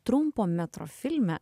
trumpo metro filme